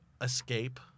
escape